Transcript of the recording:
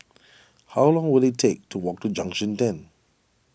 how long will it take to walk to Junction ten